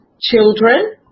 children